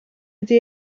wedi